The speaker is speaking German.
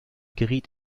geriet